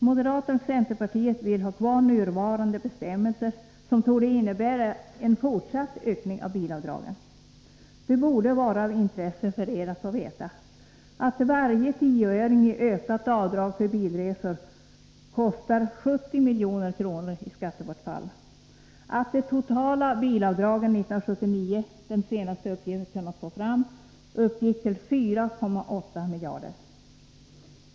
Moderaterna och centern vill ha kvar nuvarande bestämmelser, som torde innebära en fortsatt ökning av bilavdragen. Det borde vara av intresse för er att få veta att varje tioöring i ökat avdrag för bilresor kostar 70 milj.kr. i skattebortfall och att de totala bilavdragen 1979 — den senaste uppgift jag kunnat få fram — uppgick till 4,8 miljarder.